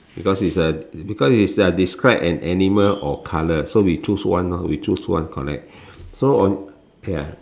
because it's a because it's a describe an animal or colour so we choose one lor we choose one correct so on ya